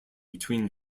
between